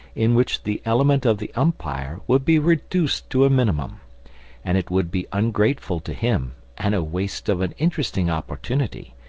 in which the element of the umpire would be reduced to a minimum and it would be ungrateful to him, and a waste of an interesting opportunity,